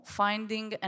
finding